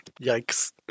yikes